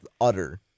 utter